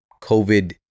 COVID